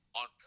on